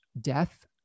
death